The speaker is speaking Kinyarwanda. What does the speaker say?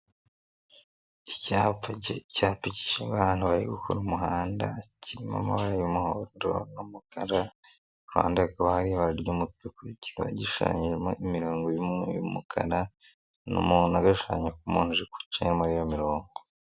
Icyapa cy'abantu bari gukora umuhanda kirimo amabara y'umuhondo n'umukara, ku ruhande hakaba hari ibara ry'umutuku, gishushanyijemo imirongo y'umukara, n'umuntu gashushanyije ku muntu uri guca muri iyo mirongo.